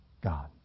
God